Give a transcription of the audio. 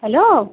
hello